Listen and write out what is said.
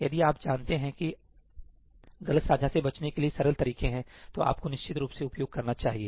यदि आप जानते हैं कि आप जानते हैं गलत साझा से बचने के लिए सरल तरीके हैं तो आपको निश्चित रूप से उपयोग करना चाहिए